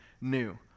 new